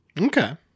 Okay